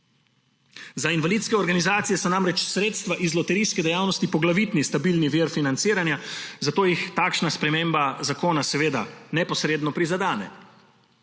Za invalidske organizacije so namreč sredstva iz loterijske dejavnosti poglavitni stabilni vir financiranja, zato jih takšna sprememba zakona seveda neposredno prizadene.